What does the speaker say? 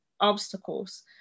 obstacles